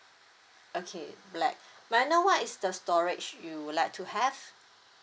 okay black may I know what is the storage you would like to have